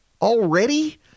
Already